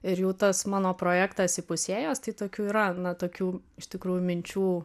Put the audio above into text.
ir jau tas mano projektas įpusėjęs tai tokių yra na tokių iš tikrųjų minčių